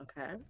Okay